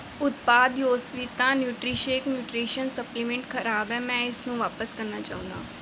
ਉਤਪਾਦ ਯੋਸਵਿਤਾ Nutrishake nutrition supplement ਖਰਾਬ ਹੈ ਮੈਂ ਇਸਨੂੰ ਵਾਪਸ ਕਰਨਾ ਚਾਹੁੰਦਾ